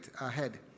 ahead